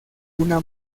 una